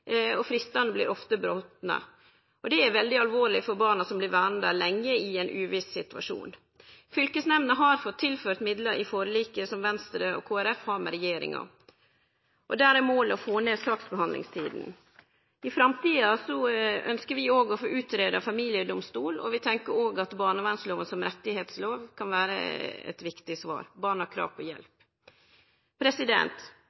og fristane blir ofte brotne. Det er veldig alvorleg for barna som blir verande lenge i ein uviss situasjon. Fylkesnemndene har fått tilført midlar i forliket som Venstre og Kristeleg Folkeparti har med regjeringa, og der er målet å få ned saksbehandlingstida. I framtida ønskjer vi òg å få greidd ut ein familiedomstol, og vi tenkjer òg at barnevernlova som rettslov kan vere eit viktig svar. Barn har krav på